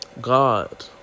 God